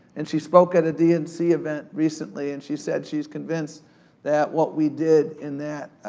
and she spoke at a dnc event recently. and she said, she's convinced that what we did in that,